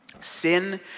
Sin